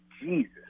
Jesus